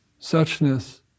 suchness